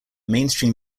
mainstream